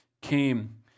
came